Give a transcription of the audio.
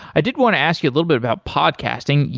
i did want to ask you little bit about podcasting,